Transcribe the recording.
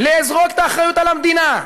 לזרוק את האחריות על המדינה,